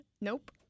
Nope